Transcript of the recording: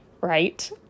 right